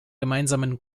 gemeinsamen